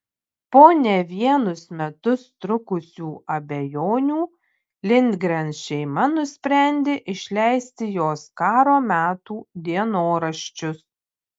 po ne vienus metus trukusių abejonių lindgren šeima nusprendė išleisti jos karo metų dienoraščius